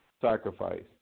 sacrifice